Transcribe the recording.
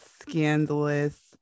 scandalous